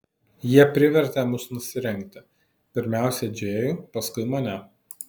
jie privertė mus nusirengti pirmiausia džėjų paskui mane